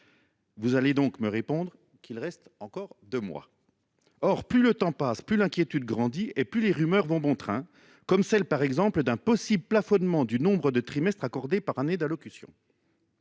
Vous allez me répondre qu’il reste deux mois… Or plus le temps passe, plus l’inquiétude grandit et plus les rumeurs vont bon train, comme celle, par exemple, d’un possible plafonnement du nombre de trimestres accordés par année d’allocation.